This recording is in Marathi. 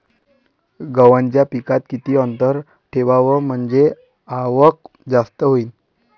गव्हाच्या पिकात किती अंतर ठेवाव म्हनजे आवक जास्त होईन?